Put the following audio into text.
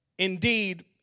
Indeed